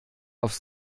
aufs